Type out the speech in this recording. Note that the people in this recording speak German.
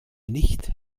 nicht